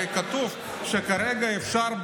הרי כתוב שכרגע אפשר,